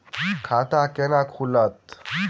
खाता केना खुलत?